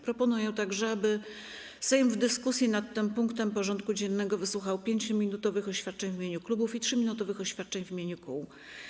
Proponuję także, aby Sejm w dyskusji nad tym punktem porządku dziennego wysłuchał 5-minutowych oświadczeń w imieniu klubów i 3-minutowych oświadczeń w imieniu kół.